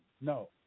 No